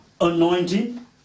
anointing